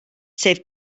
sef